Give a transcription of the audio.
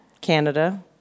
Canada